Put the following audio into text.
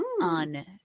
on